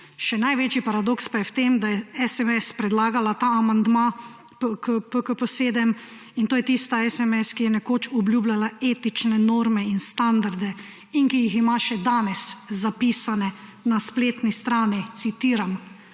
Še največji paradoks pa je v tem, da je / nerazumljivo/ predlagala ta amandma PKP 7 in to je tista / nerazumljivo/, ki je nekoč obljubljala etične norme in standarde in ki jih ima še danes zapisane na spletni strani citiram: